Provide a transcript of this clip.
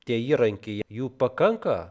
tie įrankiai jų pakanka